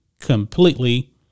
completely